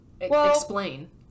explain